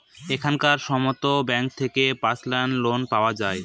এখনকার সময়তো ব্যাঙ্ক থেকে পার্সোনাল লোন পাওয়া যায়